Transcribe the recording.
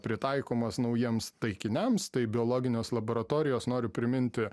pritaikomos naujiems taikiniams tai biologinės laboratorijos noriu priminti